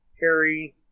Harry